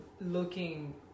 looking